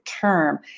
term